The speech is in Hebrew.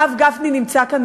הרב גפני נמצא כאן,